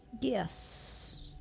Yes